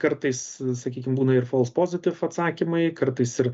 kartais sakykim būna ir pozitiv atsakymai kartais ir